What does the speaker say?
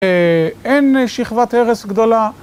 אין שכבת הרס גדולה.